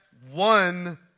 One